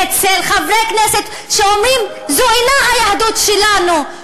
אצל חברי כנסת שאומרים: זו אינה היהדות שלנו.